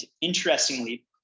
interestingly